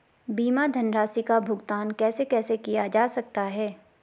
बीमा धनराशि का भुगतान कैसे कैसे किया जा सकता है?